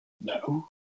no